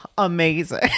amazing